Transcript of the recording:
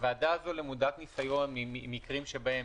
הוועדה הזו למודת ניסיון ממקרים שבהם